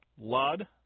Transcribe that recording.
Lud